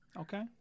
Okay